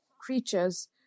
creatures